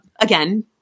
again